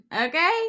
okay